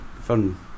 fun